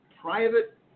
private